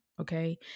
Okay